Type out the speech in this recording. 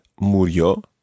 murió